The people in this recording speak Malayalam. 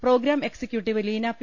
programme executive Leena P